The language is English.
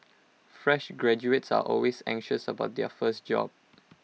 fresh graduates are always anxious about their first job